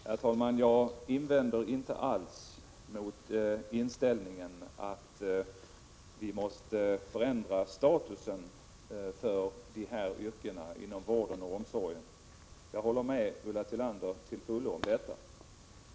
Herr talman! Jag invänder inte alls mot inställningen att vi måste förändra statusen för yrkena inom vården och omsorgen. Jag håller till fullo med Ulla Tillander om detta.